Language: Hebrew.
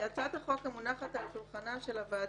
הצעת החוק המונחת על שולחנה של הוועדה,